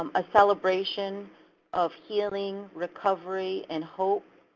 um a celebration of healing, recovery and hope.